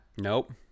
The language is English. Nope